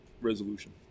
Resolution